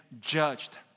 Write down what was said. judged